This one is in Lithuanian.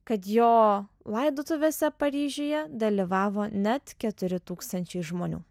kad jo laidotuvėse paryžiuje dalyvavo net keturi tūkstančiai žmonių